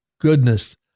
goodness